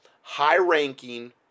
high-ranking